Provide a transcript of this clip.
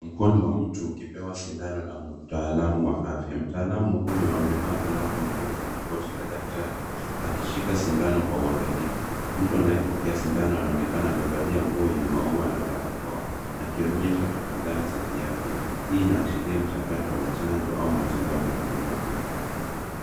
Mkono wa mtu ukipewa sindano na mtaalamu wa afya. Mtaalamu huyo amevaa glavu nyeupe na koti la daktari akishika sindano kwa uangalifu. Mtu anayepokea sindano anaonekana amevalia nguo yenye maua na barakoa akionyesha tahadhari za kiafya. Hii inaashiria mchakato wa chanjo au matibabu ya kiafya.